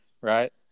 right